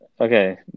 Okay